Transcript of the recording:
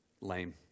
Lame